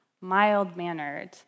mild-mannered